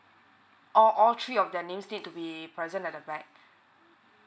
oh all three of the name need to be present at the back